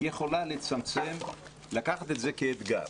היא יכולה לקחת את זה כאתגר.